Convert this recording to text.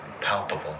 palpable